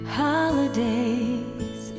holidays